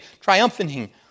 triumphing